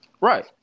Right